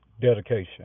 Dedication